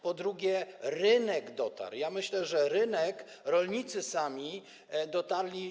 Po drugie, rynek dotarł, ja myślę, że rolnicy sami dotarli.